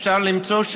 שאפשר למצוא,